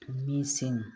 ꯃꯤꯁꯤꯡ